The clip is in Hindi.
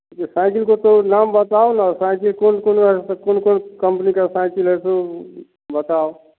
ये साइकल को तो नाम बताओ ना साइकिल कौन कौन कौन कौन कंपनी का साइकिल है तो बताओ